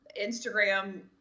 Instagram